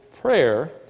prayer